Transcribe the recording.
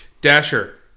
Dasher